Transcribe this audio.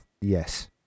yes